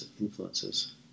influences